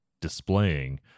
displaying